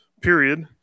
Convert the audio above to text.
period